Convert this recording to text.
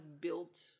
built